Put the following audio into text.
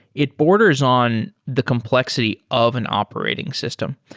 it borders on the complexity of an operating system.